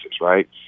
right